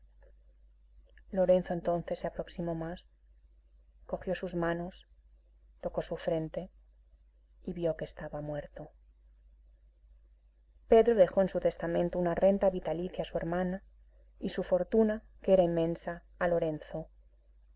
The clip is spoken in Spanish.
lorenzo entonces se aproximó más cogió sus manos tocó su frente y vio que estaba muerto pedro dejó en su testamento una renta vitalicia a su hermana y su fortuna que era inmensa a lorenzo